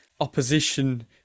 opposition